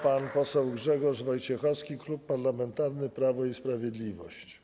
Pan poseł Grzegorz Wojciechowski, Klub Parlamentarny Prawo i Sprawiedliwość.